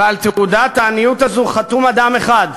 ועל תעודת העניות הזאת חתום אדם אחד: